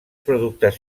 productes